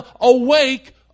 awake